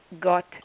got